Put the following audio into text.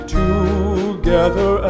together